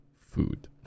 food